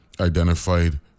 identified